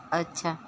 अच्छा